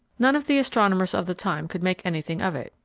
none of the astronomers of the time could make anything of it.